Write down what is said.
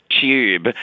tube